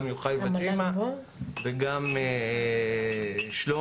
גם יוחאי וג'ימה וגם שלומי.